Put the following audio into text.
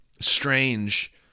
strange